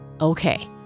Okay